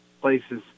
places